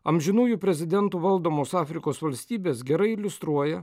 amžinųjų prezidentų valdomos afrikos valstybės gerai iliustruoja